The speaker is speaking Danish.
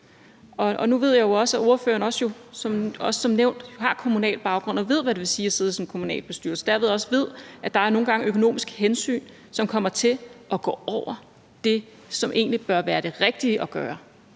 Nu ved jeg jo også, at ordføreren som nævnt har kommunal baggrund og ved, hvad det vil sige at sidde i en kommunalbestyrelse og derved også ved, at der nogle gange er økonomiske hensyn, som kommer til at stå over det, som egentlig bør være det rigtige at gøre,